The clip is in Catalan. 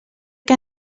que